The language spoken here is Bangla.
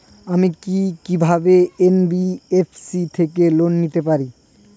আমি কি কিভাবে এন.বি.এফ.সি থেকে লোন পেতে পারি?